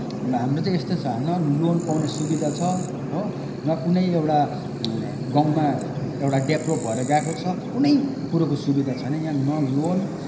अन्त हाम्रो चाहिँ यस्तै छ न लोन पाउने सुविधा छ हो न कुनै एउटा गाउँमा एउटा डेभ्लप भएर गएको छ कुनै कुरोको सुविधा छैन यहाँ न लोन